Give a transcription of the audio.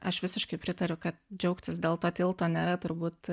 aš visiškai pritariu kad džiaugtis dėl to tilto nėra turbūt